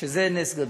וזה נס גדול.